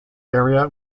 area